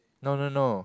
no no no